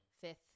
fifth